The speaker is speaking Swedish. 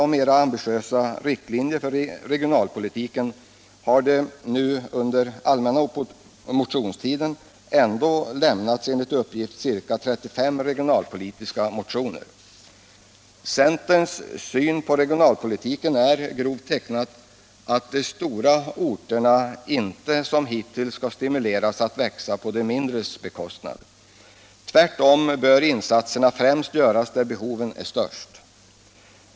Centerns syn på regionalpolitiken är, grovt tecknat, att de stora orterna inte som hittills skall stimuleras att växa på de mindres bekostnad. Tvärtom bör insatserna främst göras där behoven är störst.